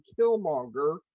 killmonger